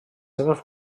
seves